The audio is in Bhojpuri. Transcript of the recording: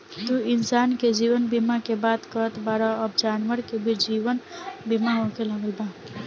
तू इंसान के जीवन बीमा के बात करत बाड़ऽ अब जानवर के भी बीमा होखे लागल बा